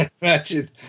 imagine